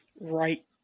right